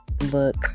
Look